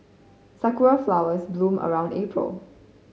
sakura flowers bloom around April